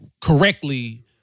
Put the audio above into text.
Correctly